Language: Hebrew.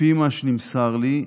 לפי מה שנמסר לי,